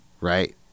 Right